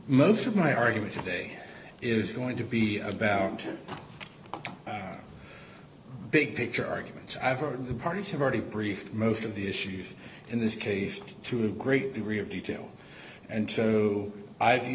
most of my argument today is going to be about big picture arguments i've heard the parties have already briefed most of the issues in this case to a great degree of detail and true i do